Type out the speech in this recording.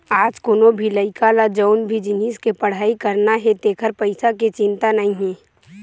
आज कोनो भी लइका ल जउन भी जिनिस के पड़हई करना हे तेखर पइसा के चिंता नइ हे